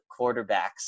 quarterbacks